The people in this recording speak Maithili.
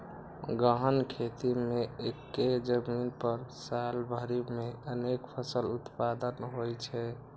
गहन खेती मे एक्के जमीन पर साल भरि मे अनेक फसल उत्पादन होइ छै